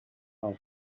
how